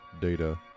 data